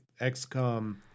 XCOM